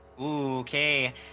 Okay